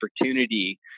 opportunity